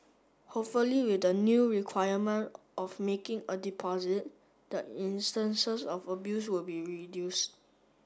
hopefully with the new requirement of making a deposit the instances of abuse will be reduced